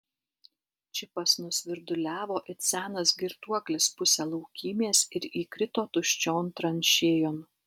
čipas nusvirduliavo it senas girtuoklis pusę laukymės ir įkrito tuščion tranšėjon